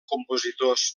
compositors